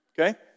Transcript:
okay